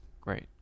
great